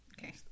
Okay